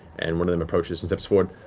and one of them approaches and steps forward.